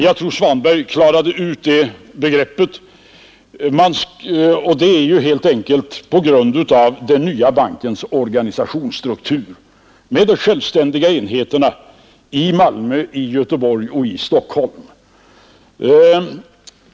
Jag tror att herr Svanberg har klarat ut den saken — det beror ju helt enkelt på den nya bankens organisationsstruktur, med de självständiga enheterna i Malmö, i Göteborg och i Stockholm.